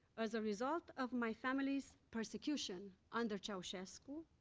as a result of my family's persecution under ceausescu,